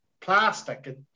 plastic